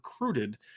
recruited